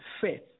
faith